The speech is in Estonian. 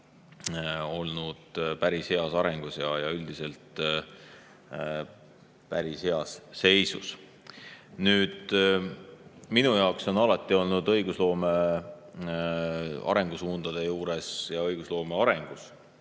olnud päris heas loomulikus arengus ja on üldiselt päris heas seisus. Minu jaoks on alati olnud õigusloome arengusuundade juures ja õigusloome arengus